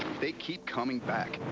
they keep coming back.